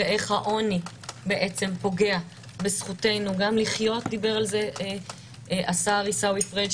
ואיך העוני פוגע בזכותנו גם לחיות דיבר על זה השר עיסאווי פריג',